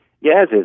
Yes